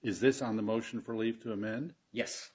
is this on the motion for leave to amend yes